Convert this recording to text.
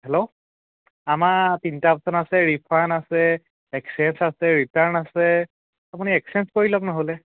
hello আমাৰ তিনিটা option আছে ৰিফাণ্ড আছে এক্সেঞ্জ আছে ৰিটাৰ্ণ আছে আপুনি এক্সেঞ্জ কৰি লওক নহ'লে